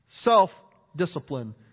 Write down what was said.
self-discipline